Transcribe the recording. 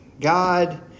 God